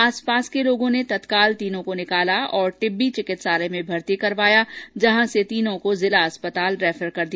आसपास के लोगों ने तत्काल तीनों को निकाला और टिब्बी चिकित्सालय भर्ती करवाया जहां से तीनों को जिला चिकित्सालय रैफर कर दिया